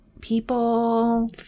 people